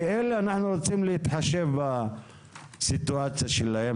כאן אנחנו רוצים להתחשב בסיטואציה של האנשים האלה.